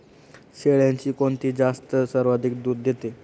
शेळ्यांची कोणती जात सर्वाधिक दूध देते?